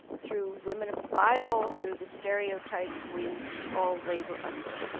through women of the bible, through the stereotypes we all labor under.